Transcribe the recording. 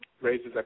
raises